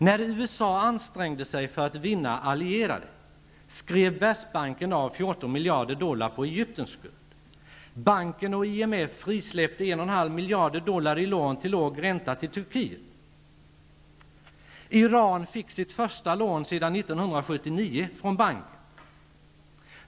När USA ansträngde sig för att vinna allierade, skrev Världsbanken av 14 miljarder dollar på miljarder dollar i lån till låg ränta till Turkiet. Iran fick sitt första lån sedan 1979 från banken.